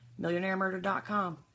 MillionaireMurder.com